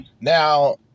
Now